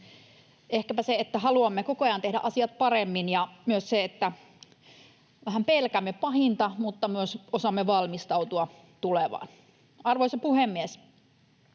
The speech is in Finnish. Ehkäpä se, että haluamme koko ajan tehdä asiat paremmin, ja myös se, että vähän pelkäämme pahinta mutta myös osaamme valmistautua tulevaan. Arvoisa puhemies!